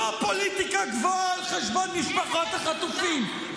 זאת פוליטיקה גבוהה על חשבון משפחות החטופים.